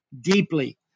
deeply